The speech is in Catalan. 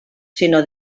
sinó